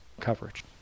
coverage